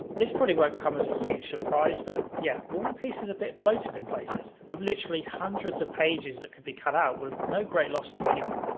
this probably won't come as a huge surprise, but yeah, war and peace is a bit bloated in places, with literally hundreds of pages that could be cut out with no great loss to anyone.